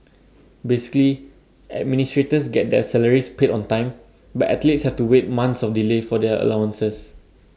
basically administrators get their salaries paid on time but athletes have to wait months of delay for their allowances